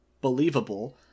believable